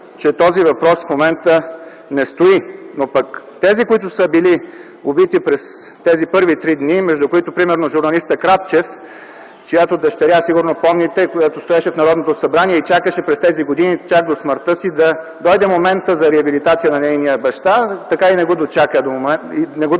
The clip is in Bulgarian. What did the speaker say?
че този въпрос в момента не стои, но пък тези, които са били убити през тези първи три дни, между които например е журналистът Крапчев, чиято дъщеря, сигурно помните, стоеше в Народното събрание и чакаше през тези години, чак до смъртта си, да дойде моментът за реабилитация на нейния баща, така и не го дочака докато